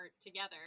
together